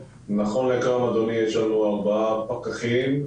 יש לנו ארבעה פקחים,